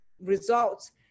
results